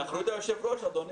זו אחריות היושב ראש, אדוני.